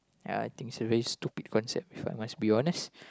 ya I think it's a very stupid concept If I must be honest